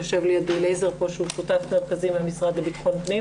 יושב לידי אליעזר שהוא מהמשרד לביטחון פנים.